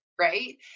Right